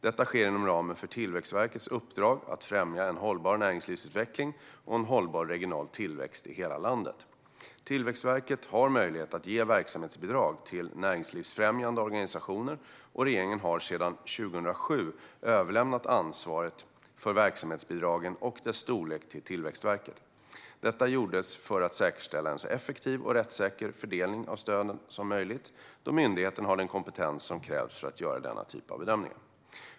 Detta sker inom ramen för Tillväxtverkets uppdrag att främja en hållbar näringslivsutveckling och en hållbar regional tillväxt i hela landet. Tillväxtverket har möjlighet att ge verksamhetsbidrag till näringslivsfrämjande organisationer, och regeringen har sedan 2007 överlämnat ansvaret för verksamhetsbidragen och deras storlek till Tillväxtverket. Detta gjordes för att säkerställa en så effektiv och rättssäker fördelning av stöden som möjligt, då myndigheten har den kompetens som krävs för att göra denna typ av bedömningar.